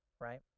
right